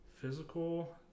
physical